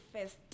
first